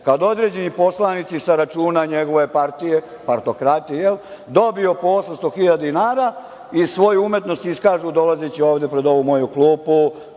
kada određeni poslanici sa računa njegove partije, partokratije, dobiju po 800 hiljada dinara i svoju umetnost iskažu dolazeći ovde pred ovu moju klupu,